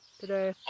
Today